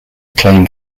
acclaim